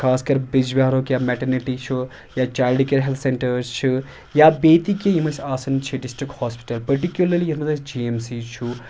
خاص کر بیٚج بِہارُک یا مٮ۪ٹَرنٹی چھُ یا چایلڈٕ کیر ہٮ۪لٕتھ سٮ۪نٹٲرٕس چھِ یا بیٚیہِ تہِ کینٛہہ یِم اَسہِ آسان چھِ ڈِسٹرٛک ہاسپِٹَل پٔٹِکیوٗلرلی یَتھ منٛز اَسہِ جی اٮ۪م سی چھُ